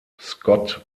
scott